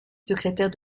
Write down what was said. secrétaire